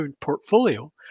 portfolio